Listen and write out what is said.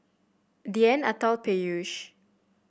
Dhyan Atal Peyush